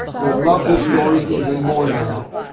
we love the story even more now.